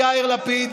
יאיר לפיד,